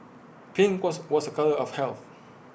pink was was A colour of health